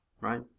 right